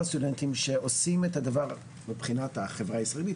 הסטודנטים שעושים את הדבר הנכון מבחינת החברה הישראלית